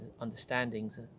understandings